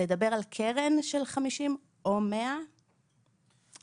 לדבר על קרן של 50,000 או 100,000 לא סביר.